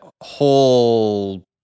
whole